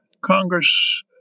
Congress